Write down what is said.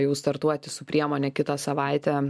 jau startuoti su priemone kitą savaitę